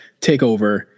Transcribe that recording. TakeOver